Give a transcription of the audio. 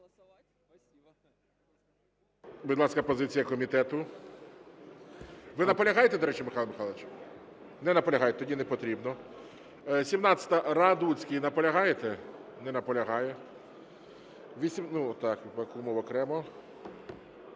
Будь ласка, позиція комітету. Ви наполягаєте, до речі, Михайле Михайловичу? Не наполягаєте. Тоді не потрібно. 17-а. Радуцький. Наполягаєте? Не наполягає. Бакумов, окремо.